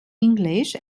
english